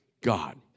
God